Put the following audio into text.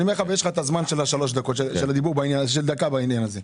ויש לך את הזמן של דקה בעניין הזה.